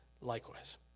likewise